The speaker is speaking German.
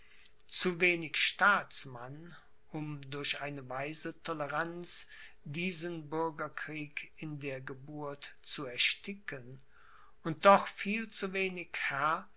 zu wenig staatsmann um durch eine weise toleranz diesen bürgerkrieg in der geburt zu ersticken und doch viel zu wenig